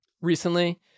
recently